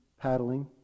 paddling